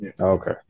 Okay